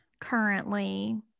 currently